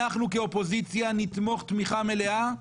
אנחנו כאופוזיציה נתמוך תמיכה מלאה.